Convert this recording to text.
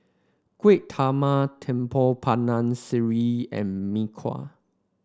Kueh Talam Tepong Pandan sireh and Mee Kuah